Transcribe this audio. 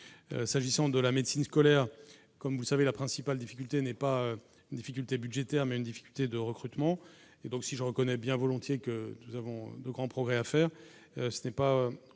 s'agissant de la médecine scolaire, comme vous le savez, la principale difficulté n'est pas une difficulté budgétaire mais une difficulté de recrutement et donc si je reconnais bien volontiers que nous avons de grands progrès à faire, ce n'est pas